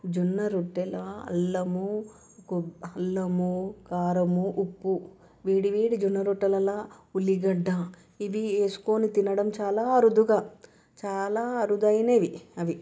జొన్న రొట్టెల అల్లము అల్లము కారము ఉప్పు వేడివేడి జొన్న రొట్టెలలో ఉల్లిగడ్డ ఇవి వేసుకొని తినడం చాలా అరుదుగా చాలా అరుదైనవి అవి